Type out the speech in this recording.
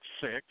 six